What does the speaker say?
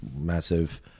massive